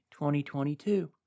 2022